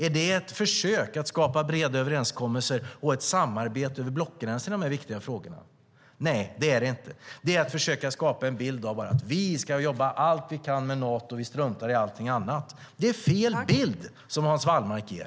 Är det ett försök att skapa breda överenskommelser och ett samarbete över blockgränserna i de här viktiga frågorna? Nej, det är det inte. Det är bara att försöka skapa en bild av att vi ska jobba allt vi kan med Nato och att vi struntar i allting annat. Det är fel bild som Hans Wallmark ger.